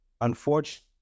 unfortunately